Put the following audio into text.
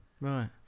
Right